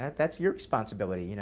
that's your responsibility. you know